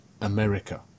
America